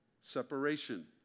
separation